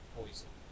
poison